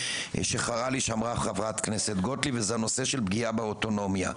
חרה לי שאמרה חברת הכנסת גוטליב שזה הנושא של פגיעה באוטונומיה.